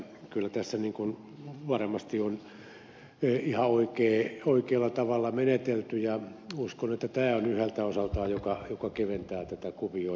kyllä tässä varmasti on ihan oikealla tavalla menetelty ja uskon että tämä yhdeltä osaltaan keventää tätä kuvioita